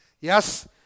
Yes